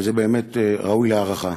וזה באמת ראוי להערכה.